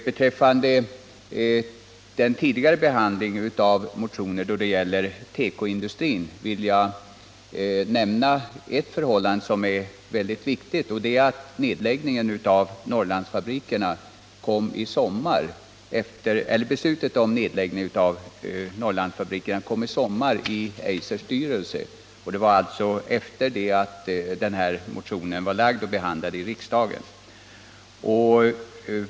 Beträffande den tidigare behandlingen av motioner då det gäller tekoindustrin vill jag nämna ett förhållande som är väldigt viktigt, nämligen att beslutet om nedläggning av Norrlandsfabrikerna fattades i somras i Eisers styrelse, dvs. efter det att motionen väckts och behandlats i riksdagen.